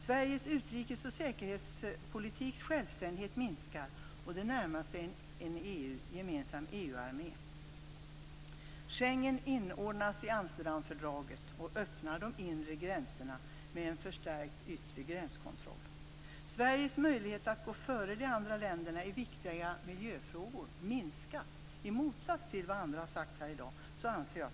Sveriges utrikes och säkerhetspolitiks självständighet minskar, och det hela närmar sig en gemensam Schengen inordnas i Amsterdamfördraget och öppnar de inre gränserna med en förstärkt yttre gränskontroll. Sveriges möjligheter minskas när det gäller att gå före de andra länderna i viktiga miljöfrågor. I motsats till vad andra har sagt här i dag anser jag det.